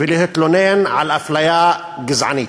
ולהתלונן על אפליה גזענית,